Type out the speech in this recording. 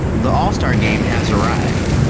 the all-star game has arrived.